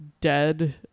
dead